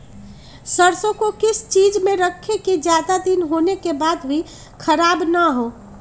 सरसो को किस चीज में रखे की ज्यादा दिन होने के बाद भी ख़राब ना हो?